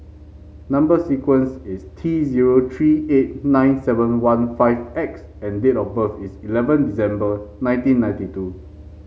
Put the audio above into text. number sequence is T zero three eight nine seven one five X and date of birth is eleven December nineteen ninety two